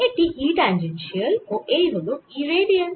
এটি E tangential ও এই হল E রেডিয়াল